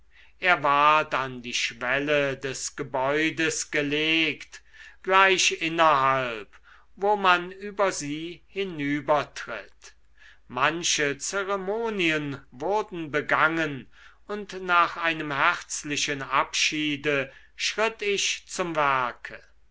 er ward an die schwelle des gebäudes gelegt gleich innerhalb wo man über sie hinübertritt manche zeremonien wurden begangen und nach einem herzlichen abschiede schritt ich zum werke